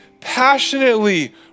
passionately